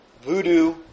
voodoo